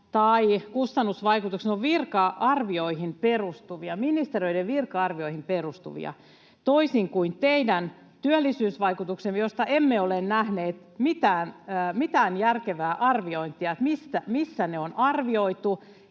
tai kustannusvaikutuksista ovat ministereiden virka-arvioihin perustuvia, toisin kuin teidän työllisyysvaikutuksenne, joista emme ole nähneet mitään järkevää arviointia, sitä, missä ne on arvioitu,